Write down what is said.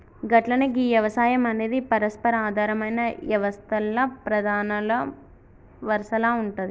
గట్లనే గీ యవసాయం అనేది పరస్పర ఆధారమైన యవస్తల్ల ప్రధానల వరసల ఉంటాది